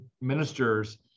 ministers